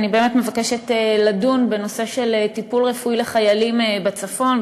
אני באמת מבקשת לדון בנושא של טיפול רפואי לחיילים בצפון,